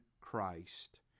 Christ